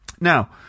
Now